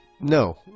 No